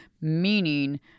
Meaning